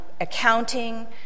accounting